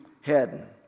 head